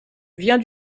vient